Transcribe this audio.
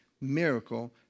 miracle